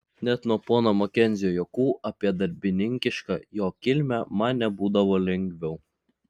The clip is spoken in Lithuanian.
net nuo pono makenzio juokų apie darbininkišką jo kilmę man nebūdavo lengviau